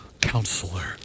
Counselor